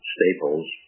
Staples